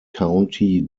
county